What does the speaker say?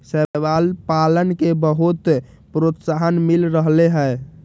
शैवाल पालन के बहुत प्रोत्साहन मिल रहले है